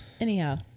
anyhow